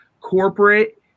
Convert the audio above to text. corporate